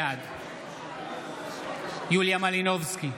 בעד יוליה מלינובסקי,